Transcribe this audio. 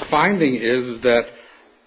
finding is that